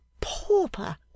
pauper